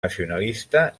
nacionalista